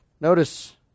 Notice